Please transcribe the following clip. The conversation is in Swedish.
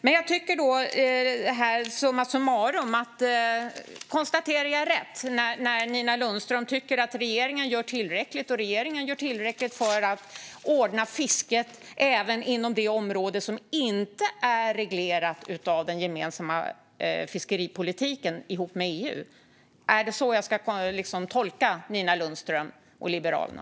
Har jag, summa summarum, rätt när jag konstaterar att Nina Lundström tycker att regeringen gör tillräckligt för att ordna fisket även inom det område som inte är reglerat av den gemensamma fiskeripolitiken ihop med EU? Är det så jag ska tolka Nina Lundström och Liberalerna?